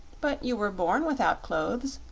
but you were born without clothes,